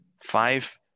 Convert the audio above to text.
five